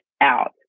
out